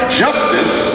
justice